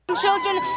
children